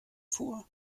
vor